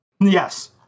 Yes